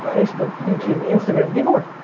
facebook, youtube, instagram, game over.